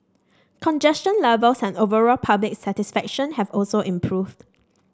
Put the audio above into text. congestion levels and overall public satisfaction have also improved